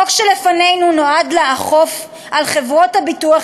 החוק שלפנינו נועד לאכוף על חברות הביטוח